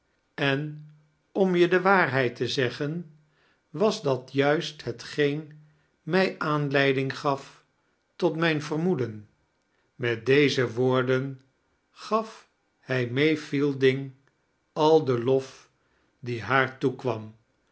en om je de waarheid te zeggen was da t juist hetgeen mij aanleir ding gaf tot mijn vermoeden met deze woordem gaf hij may fielding al den lof die haar toekwam